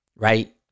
right